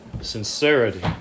sincerity